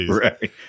Right